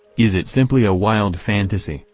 is it simply a wild fantasy,